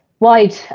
wide